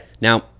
Now